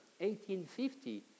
1850